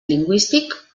lingüístic